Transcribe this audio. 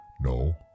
No